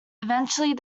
eventually